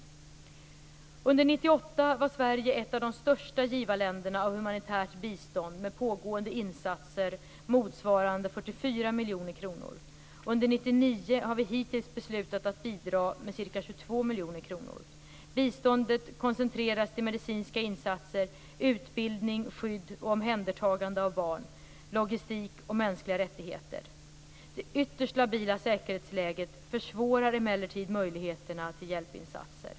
Under 1998 var Sverige ett av de största givarländerna av humanitärt bistånd med pågående insatser motsvarande 44 miljoner kronor. Under 1999 har vi hittills beslutat att bidra med ca 22 miljoner kronor. Biståndet koncentreras till medicinska insatser, utbildning, skydd och omhändertagande av barn , logistik och mänskliga rättigheter. Det ytterst labila säkerhetsläget försvårar emellertid möjligheterna till hjälpinsatser.